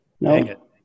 No